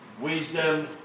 wisdom